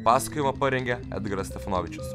pasakojimą parengė edgaras stefanovičius